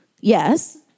Yes